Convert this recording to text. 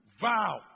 Vow